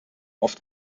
oft